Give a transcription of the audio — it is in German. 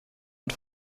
und